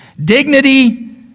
Dignity